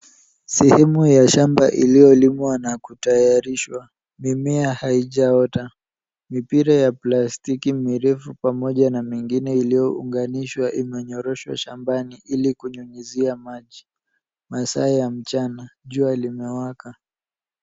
Sehemu ya shamba iliyolimwa na kutayarishwa. Mimea haijaota. Mipira ya plastiki mirefu pamoja na mingine iliyounganishwa imonyoroshwa shambani ili kunyunyizia maji. Masaa ya mchana jua limewaka.